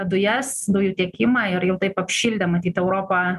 dujas dujų tiekimą ir jau taip apšildė matyt europą